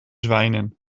zwijnen